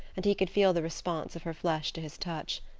and he could feel the response of her flesh to his touch.